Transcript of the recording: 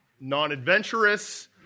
non-adventurous